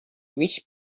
which